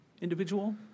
individual